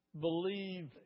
believe